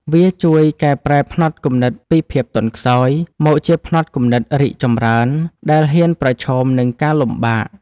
វាជួយកែប្រែផ្នត់គំនិតពីភាពទន់ខ្សោយ មកជាផ្នត់គំនិតរីកចម្រើន ដែលហ៊ានប្រឈមនឹងការលំបាក។